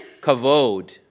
kavod